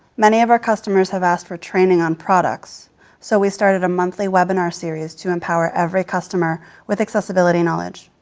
many of our customers have asked for training on products so we started a monthly webinar series to empower every customer with accessibility knowledge.